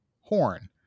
Horn